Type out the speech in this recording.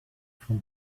from